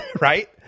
right